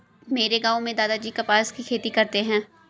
मेरे गांव में दादाजी कपास की खेती करते हैं